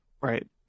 Right